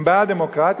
הם בעד דמוקרטיה,